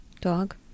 dog